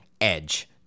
EDGE